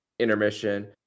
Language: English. intermission